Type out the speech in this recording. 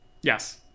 Yes